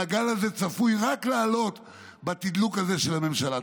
והגל הזה צפוי רק לעלות בתדלוק הזה של הממשלה.